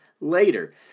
later